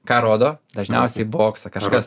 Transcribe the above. ką rodo dažniausiai boksą kažkas